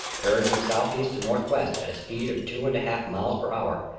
bearing from southeast to northwest at a speed of two and a half miles per hour,